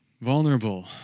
Vulnerable